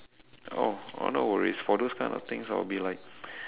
oh oh no worries for those kind of things I'll be like